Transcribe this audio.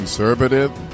Conservative